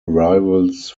arrivals